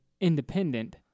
independent